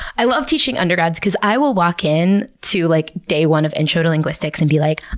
i love teaching undergrads because i will walk in to like day one of intro to linguistics and be like,